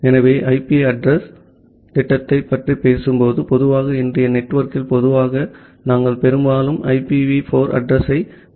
ஆகவே IP address திட்டத்தைப் பற்றி பேசும்போது பொதுவாக இன்றைய நெட்வொர்க்கில் பொதுவாக நாங்கள் பெரும்பாலும் ஐபிவி 4 அட்ரஸ் யைப் பயன்படுத்தினோம்